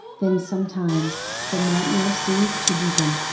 then sometimes, the nightmare seems to deepen.